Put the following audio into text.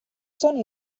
sono